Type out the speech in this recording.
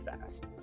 fast